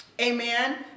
Amen